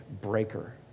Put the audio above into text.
breaker